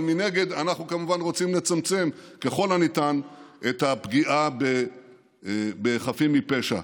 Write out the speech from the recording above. אבל מנגד אנחנו כמובן רוצים לצמצם ככל הניתן את הפגיעה בחפים מפשע.